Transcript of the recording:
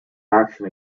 action